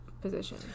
position